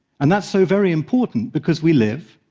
and that's so very important because we live,